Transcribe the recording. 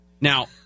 Now